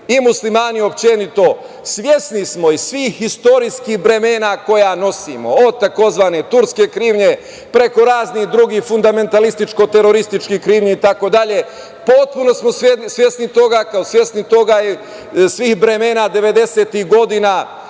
i muslimanu uopšte svesni smo i svih istorijskih bremena koja nosimo, od tzv. turske krivnje, preko raznih drugih fundameelističko-terorističkih krivnji, itd. Potpuno smo svesni toga, svesni svih bremena 90-tih godina,